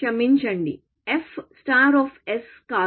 క్షమించండి f కాదు